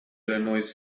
illinois